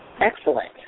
Excellent